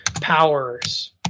powers